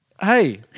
Hey